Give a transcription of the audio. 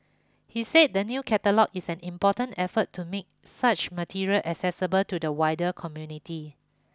he said the new catalogue is an important effort to make such materials accessible to the wider community